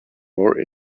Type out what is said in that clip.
more